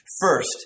First